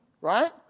Right